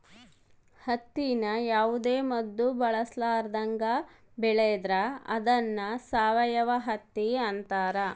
ಹತ್ತಿನ ಯಾವುದೇ ಮದ್ದು ಬಳಸರ್ಲಾದಂಗ ಬೆಳೆದ್ರ ಅದ್ನ ಸಾವಯವ ಹತ್ತಿ ಅಂತಾರ